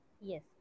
Yes